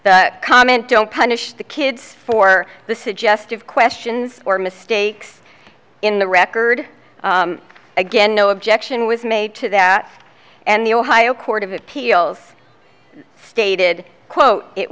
comment don't punish the kids for the suggestive questions or mistakes in the record again no objection was made to that and the ohio court of appeals stated quote it